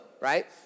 right